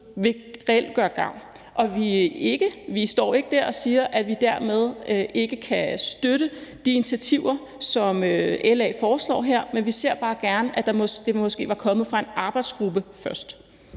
ved reelt vil gøre gavn. Og vi står ikke og siger, at vi dermed ikke kan støtte de initiativer, som LA foreslår her, men vi havde bare gerne set, at det var kommet fra en arbejdsgruppe først.